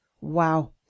Wow